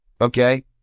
Okay